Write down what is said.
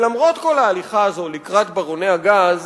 למרות כל ההליכה הזאת לקראת ברוני הגז,